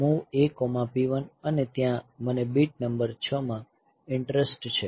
MOV AP1 અને ત્યાં મને બીટ નંબર 6 માં ઈંટરેસ્ટ છે